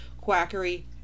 quackery